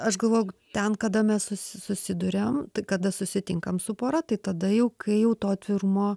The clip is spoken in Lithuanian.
aš galvoju ten kada mes susi susiduriam tai kada susitinkame su pora tai tada jau kai jau to atvirumo